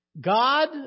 God